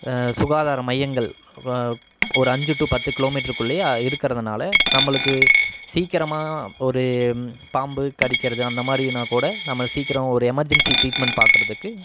சுகாதார மையங்கள் ஒரு அஞ்சு டூ பத்து கிலோமீட்டருக்குள்ளையே இருக்கிறதுனால நம்மளுக்கு சீக்கிரமாக ஒரு பாம்பு கடிக்கிறது அந்த மாதிரின்னா கூட நம்ம சீக்கிரம் ஒரு எமர்ஜென்சி ட்ரீட்மெண்ட் பார்க்கறதுக்கு